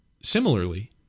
similarly